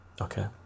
Okay